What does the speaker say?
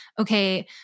okay